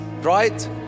right